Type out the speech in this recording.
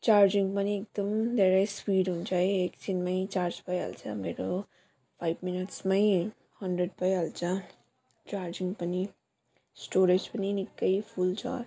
charging पनि एकदम धेरै स्पिड हुन्छ है एकछिनमै चार्ज भइहाल्छ मेरो फाइभ मिनट्समै हन्ड्रेड भइहाल्छ चार्जिङ पनि स्टोरेज पनि निकै फुल छ